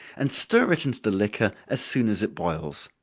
and stir it into the liquor as soon as it boils.